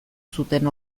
zuten